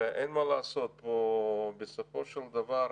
ואין מה לעשות, בסופו של דבר,